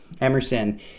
Emerson